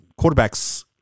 quarterbacks